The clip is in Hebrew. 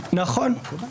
נכון.